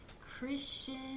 Christian